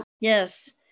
Yes